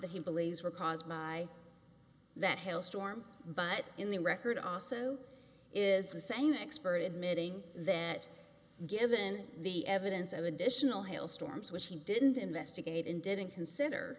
that he believes were caused by that hail storm but in the record also is the same expert admitting that given the evidence of additional hail storms which he didn't investigate and didn't consider